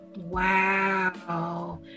wow